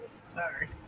Sorry